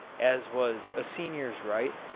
as was a senior's right,